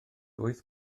wyth